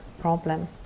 problem